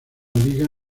liga